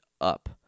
up